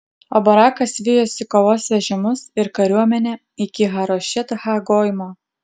o barakas vijosi kovos vežimus ir kariuomenę iki harošet ha goimo